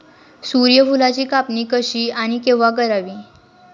सूर्यफुलाची कापणी कशी आणि केव्हा करावी?